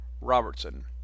Robertson